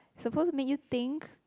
suppose to make you think